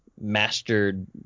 mastered